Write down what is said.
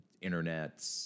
Internet